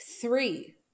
three